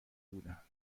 بودند